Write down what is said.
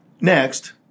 Next